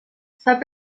sap